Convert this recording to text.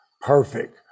Perfect